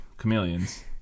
chameleons